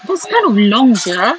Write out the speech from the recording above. that's kind of long sia